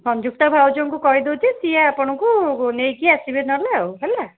ସଂଯୁକ୍ତା ଭାଉଜଙ୍କୁ କହିଦେଉଛି ସିଏ ଆପଣଙ୍କୁ ନେଇକି ଆସିବେ ନହେଲେ ଆଉ ହେଲା